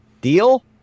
Deal